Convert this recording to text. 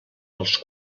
als